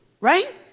Right